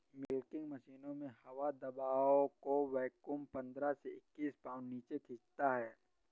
milking मशीनों में हवा दबाव को वैक्यूम पंद्रह से इक्कीस पाउंड नीचे खींचता है